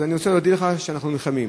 אז אני רוצה להודיע לך שאנחנו נלחמים.